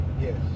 Yes